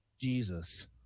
Jesus